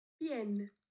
Bien